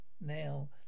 now